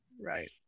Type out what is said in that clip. right